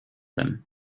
them